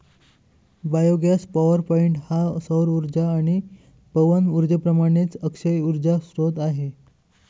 biogas power point हा सौर उर्जा आणि पवन उर्जेप्रमाणेच अक्षय उर्जा स्त्रोत आहे